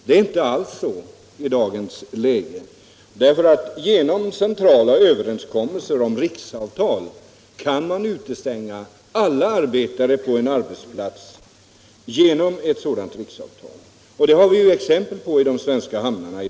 Det är inte alls så i dagens läge, för genom centrala överenskommelser om riksavtal kan man utestänga alla arbetare på en arbetsplats. Det har vi exempel på i de svenska hamnarna.